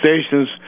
stations